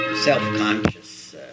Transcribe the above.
Self-conscious